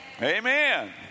Amen